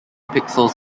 pixels